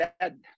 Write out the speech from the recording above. dead